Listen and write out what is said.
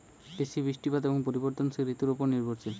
কৃষি বৃষ্টিপাত এবং পরিবর্তনশীল ঋতুর উপর নির্ভরশীল